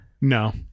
No